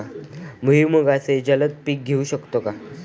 भुईमुगाचे जलद पीक घेऊ शकतो का?